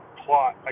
plot